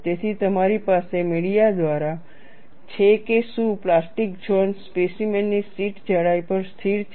તેથી તમારી પાસે મીડિયા દ્વારા છે કે શું પ્લાસ્ટિક ઝોન સ્પેસીમેનની શીટની જાડાઈ પર સ્થિર છે